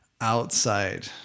outside